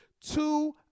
two